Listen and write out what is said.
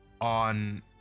on